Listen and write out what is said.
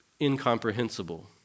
incomprehensible